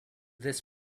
this